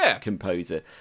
composer